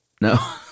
No